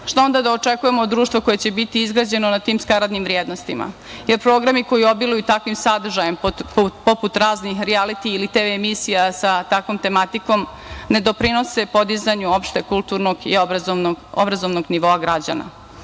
šta onda da očekujemo od društva koje će biti izgrađeno na tim skaradnim vrednostima? Programi koji obiluju takvim sadržajem, poput raznih rijaliti ili tv-emisija sa takvom tematikom ne doprinose podizanju opšteg kulturnog i obrazovnog nivoa građana. Naime,